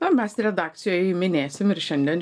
na mes redakcijoj minėsim ir šiandien